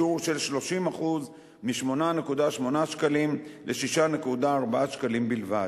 בשיעור של 30% מ-8.8 שקלים ל-6.4 שקלים בלבד.